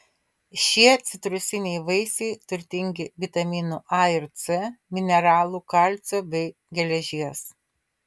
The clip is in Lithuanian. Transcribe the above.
šie citrusiniai vaisiai turtingi vitaminų a ir c mineralų kalcio bei geležies